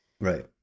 right